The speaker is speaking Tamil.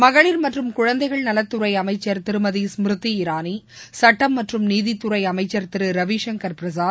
மகளிர் மற்றும் குழந்தைகள் நலத்துறை அமைச்சர் திருமதி ஸ்மிருதி இரானி சுட்டம் மற்றும் நீதித்துறை அமைச்சர் திரு ரவிசங்கர் பிரசாத்